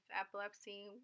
epilepsy